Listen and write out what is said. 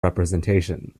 representation